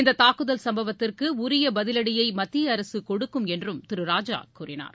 இந்த தாக்குதல் சம்பவத்திற்கு உரிய பதிலடியை மத்திய அரசு கொடுக்கும் என்றும் திருராஜா கூறினார்